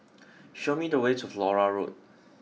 show me the way to Flora Road